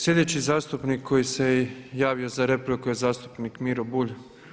Sljedeći zastupnik koji se javio za repliku je zastupnik Miro Bulj.